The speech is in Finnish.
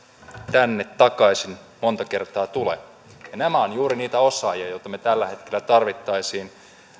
tänne takaisin monta kertaa tule ja nämä ovat juuri niitä osaajia joita me tällä hetkellä tarvitsisimme